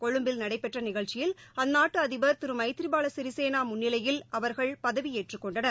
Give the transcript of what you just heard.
கொழும்பில் நடைபெற்ற நிகழ்ச்சியில் அந்நாட்டு அதிபர் திரு ஸமத்ரிபால சிறிசேனா முன்னிலையில் அவர்கள் பதவியேற்றுக் கொண்டனர்